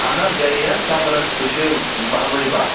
اہَن حظ گَری حظ کَمرَس سُہ چھِ بَہہ بَے بَہہ